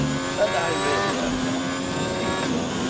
and i really am not fit to see him.